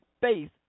faith